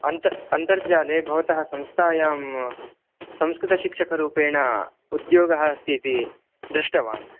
अन्त् अन्तर्जाले भवतः संस्थायां संस्कृतशिक्षकरूपेण उद्योगः अस्ति इति दृष्टवान्